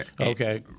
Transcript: Okay